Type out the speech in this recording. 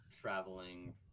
traveling